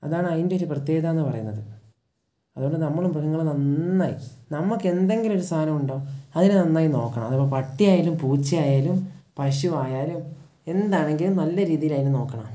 അതാണ് അതിൻ്റെ ഒരു പ്രത്യേകത എന്നു പറയുന്നത് അതുകൊണ്ട് നമ്മൾ മൃഗങ്ങൾ നന്നായി നമ്മൾക്ക് എന്തെങ്കിലും ഒരു സാധനം ഉണ്ടോ അതിനെ നന്നായി നോക്കണം അതു പട്ടി ആയാലും പൂച്ച ആയാലും പശു ആയാലും എന്താണെങ്കിലും നല്ല രീതിയിൽ അതിനെ നോക്കണം